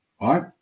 right